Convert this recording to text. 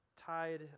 tied